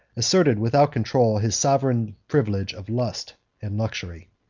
asserted without control his sovereign privilege of lust and luxury.